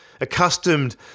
accustomed